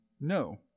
no